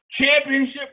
championship